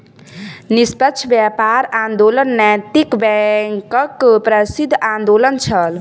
निष्पक्ष व्यापार आंदोलन नैतिक बैंकक प्रसिद्ध आंदोलन छल